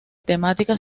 temática